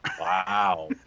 Wow